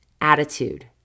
attitude